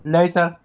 Later